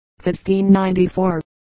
1594